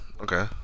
Okay